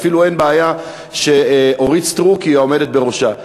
ואפילו אין בעיה שאורית סטרוק היא העומדת בראשה.